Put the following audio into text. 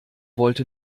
wollte